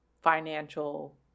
financial